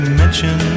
mention